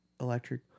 Electric